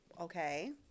Okay